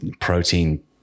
protein